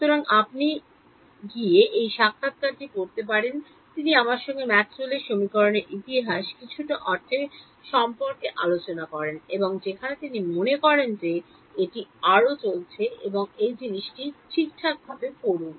সুতরাং আপনি গিয়ে এই সাক্ষাত্কারটি পড়তে পারেন তিনি আমার সম্পর্কে ম্যাক্সওয়েলের Maxwell'sসমীকরণের ইতিহাসের কিছুটা অর্থ সম্পর্কে আলোচনা করেন এবং যেখানে তিনি মনে করেন যে এটি আরও চলছে এবং এই জিনিসটি ঠিকঠাক ভাবে পড়ুন